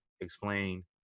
explain